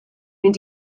mynd